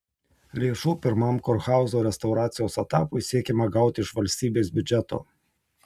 lėšų pirmam kurhauzo restauracijos etapui siekiama gauti iš valstybės biudžeto